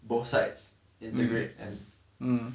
both sides integrate and um